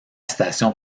station